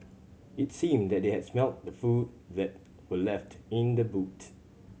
it seemed that they had smelt the food that were left in the boot